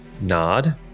nod